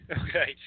okay